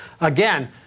again